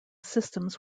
systems